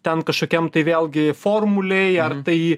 ten kažkokiam tai vėlgi formulėj ar tai